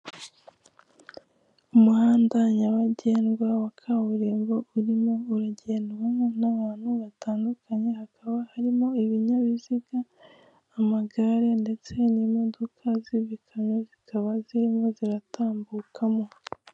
Umuhanda nyabagendwa ya kaburimbo urimo uragendwamo n'abantu batandukanye, hakaba harimo ibinyabiziga, amagare ndetse n'imodoka z'ibikamyo zikaba zirimo ziratambukamo.